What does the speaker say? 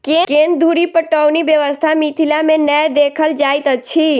केन्द्र धुरि पटौनी व्यवस्था मिथिला मे नै देखल जाइत अछि